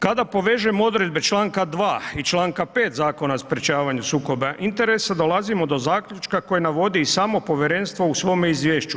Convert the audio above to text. Kada povežemo odredbe Članka 2. i Članka 5. Zakon o sprječavanju sukoba interesa dolazimo do zaključka koji navodi i samo povjerenstvo u svome izvješću.